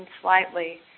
slightly